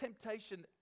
temptation